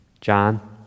John